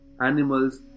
Animals